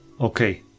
Okay